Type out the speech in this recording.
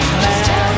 man